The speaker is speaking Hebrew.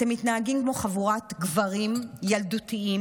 אתם מתנהגים כמו חבורת גברים ילדותיים,